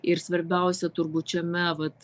ir svarbiausia turbūt šiame vat